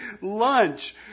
lunch